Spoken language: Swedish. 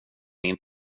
min